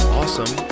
awesome